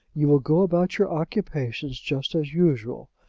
you will go about your occupations just as usual.